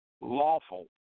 lawful